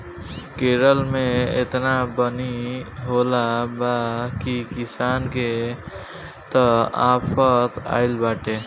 केरल में एतना बुनी होखले बा की किसान के त आफत आगइल बाटे